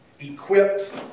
equipped